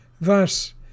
Thus